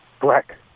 black